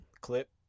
clip